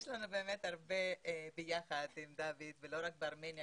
יש לנו הרבה ביחד עם דוד, ולא רק בארמניה.